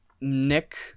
Nick